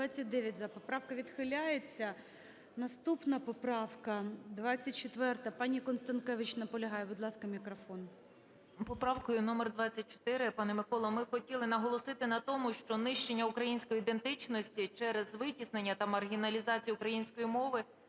Поправка відхиляється. Наступна - поправка 24. ПаніКонстанкевич наполягає. Будь ласка, мікрофон. 13:29:30 КОНСТАНКЕВИЧ І.М. Поправкою номер 24, пане Миколо, ми хотіли наголосити на тому, що нищення української ідентичності через витіснення та маргіналізацію української мови